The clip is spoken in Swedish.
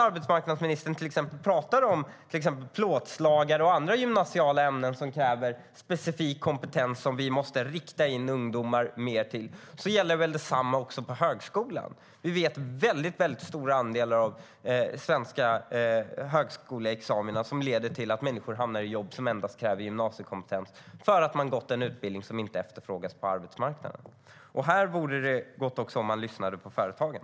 Arbetsmarknadsministern talar om plåtslageri och andra gymnasiala ämnen, som kräver specifik kompetens och som vi mer måste rikta in ungdomar på. Detsamma gäller för högskolan. Vi vet att en stor andel av svenska högskoleexamina leder till att människor hamnar i jobb som endast kräver gymnasiekompetens eftersom de gått en utbildning som inte efterfrågas på arbetsmarknaden. Också här vore det bra att lyssna på företagen.